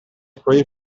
pray